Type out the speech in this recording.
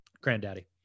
Granddaddy